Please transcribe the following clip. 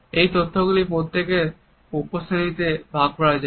এই তথ্যগুলির প্রত্যেকটিকে উপশ্রেণীতে ভাগ করা যায়